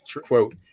quote